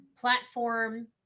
platform